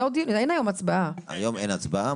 היום אין הצבעה.